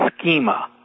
schema